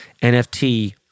nft